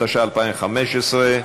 התשע"ה 2015,